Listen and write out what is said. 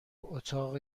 اتاق